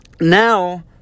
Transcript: now